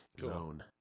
zone